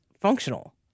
functional